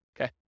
okay